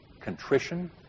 contrition